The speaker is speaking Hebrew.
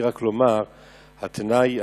התנאי הנוסף,